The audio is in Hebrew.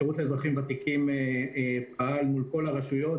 השירות לאזרחים ותיקים פעל מול כל הרשויות,